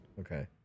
Okay